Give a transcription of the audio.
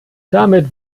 damit